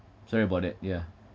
sorry about that yeah